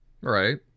Right